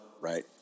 right